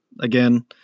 Again